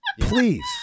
Please